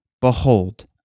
Behold